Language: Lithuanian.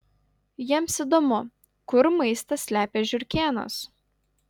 jiems įdomu kur maistą slepia žiurkėnas